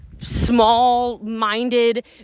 Small-minded